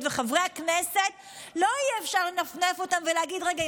ואת חברי הכנסת לא יהיה אפשר לנפנף ולהגיד: רגע,